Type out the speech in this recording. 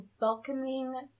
welcoming